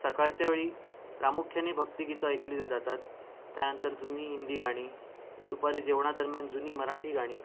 सकाळच्या वेळी प्रामुख्याने भक्तिगीतं ऐकली ज जातात त्यानंतर जुनी हिंदी गाणी दुपारी जेवणादरम्यान जुनी मराठी गाणी